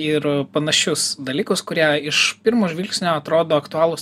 ir panašius dalykus kurie iš pirmo žvilgsnio atrodo aktualūs